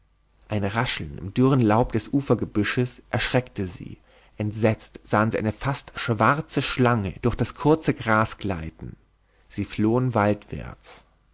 ein rascheln im dürren laub des ufergebüsches erschreckte sie entsetzt sahen sie eine fast schwarze schlange durch das kurze gras gleiten sie flohen waldwärts